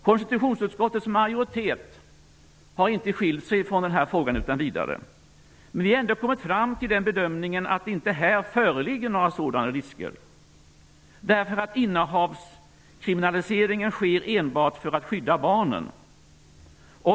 Konstitutionsutskottets majoritet har inte skiljt sig från den här frågan utan vidare. Men vi har ändå kommit fram till den bedömningen att det inte här föreligger några sådana risker. Innehavskriminaliseringen sker enbart för att skydda barnen.